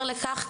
מעבר לכך,